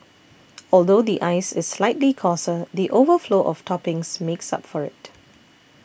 although the ice is slightly coarser the overflow of toppings makes up for it